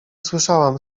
słyszałam